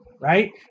Right